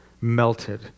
melted